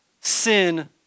sin